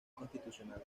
constitucional